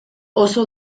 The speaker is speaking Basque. oso